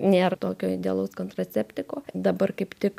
nėr tokio idealaus kontraceptiko dabar kaip tik